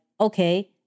okay